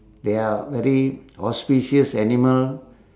they are very auspicious animal